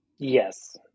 Yes